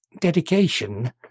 dedication